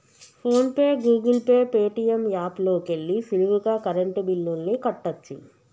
phone pay, Google Pay, Paytm app లోకెల్లి సులువుగా current బిల్లుల్ని కట్టచ్చు